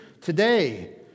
Today